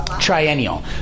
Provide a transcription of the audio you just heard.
Triennial